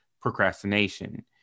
procrastination